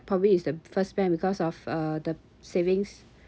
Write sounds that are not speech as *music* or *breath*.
probably is the first bank because of uh the savings *breath*